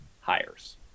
hires